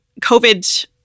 covid